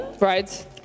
Right